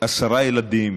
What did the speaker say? עשרה ילדים